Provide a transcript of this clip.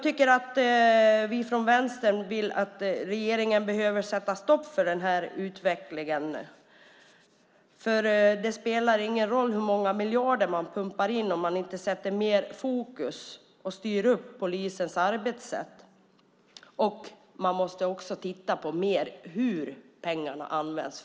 Vi i Vänstern tycker att regeringen ska sätta stopp för den här utvecklingen. Det spelar ingen roll hur många miljarder man pumpar in om man inte sätter mer fokus på och styr upp polisens arbetssätt. Man måste också titta mer på hur pengarna används.